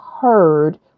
heard